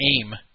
AIM